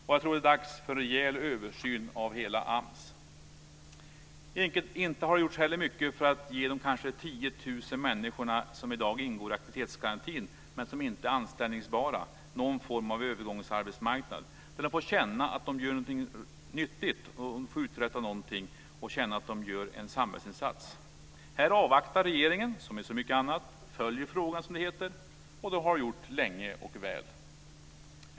Jag tror att det är dags för en rejäl översyn av hela AMS. Det har inte heller gjorts mycket för att ge de kanske 10 000 människor som i dag ingår i aktivitetsgarantin men som inte är anställningsbara någon form av övergångsarbetsmarknad så de får känna att de gör något nyttigt, får uträtta någonting och känna att de gör en samhällsinsats. Här som i så många andra fall avvaktar regeringen. Den följer frågan, som det heter, och det har de gjort länge och väl.